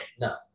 no